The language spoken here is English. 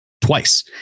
twice